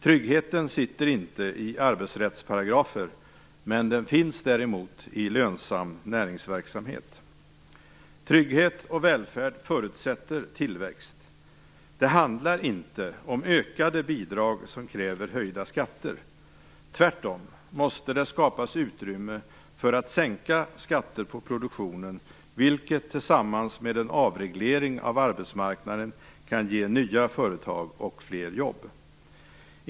Tryggheten sitter inte i arbetsrättsparagrafer, men den finns däremot i en lönsam näringsverksamhet. Trygghet och välfärd förutsätter tillväxt. Det handlar inte om ökade bidrag som kräver höjda skatter. Tvärtom måste det skapas utrymme för att sänka skatter på produktionen, vilket tillsammans med en avreglering av arbetsmarknaden kan ge nya företag och fler jobb.